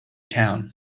town